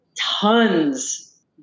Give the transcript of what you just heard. tons